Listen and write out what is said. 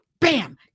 Bam